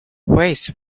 ways